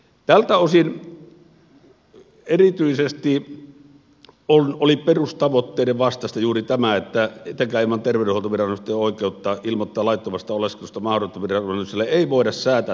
tältä osin erityisesti oli perustavoitteiden vastaista juuri tämä että ilman terveydenhuoltoviranomaisten oikeutta ilmoittaa laittomasta oleskelusta maahanmuuttoviranomaisille ei voida säätää tämäntyyppistä asiaa